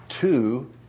two